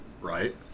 right